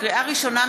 לקריאה ראשונה,